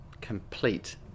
complete